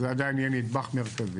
זה עדיין יהיה נדבך מרכזי.